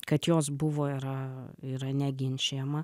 kad jos buvo yra yra neginčijama